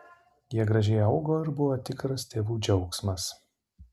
jie gražiai augo ir buvo tikras tėvų džiaugsmas